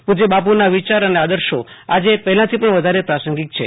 પુજય બાપુના વિચાર અને આદર્શો આજે પહેલાથી પણ વધારે પ્રાસંગિક છે